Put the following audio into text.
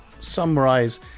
summarize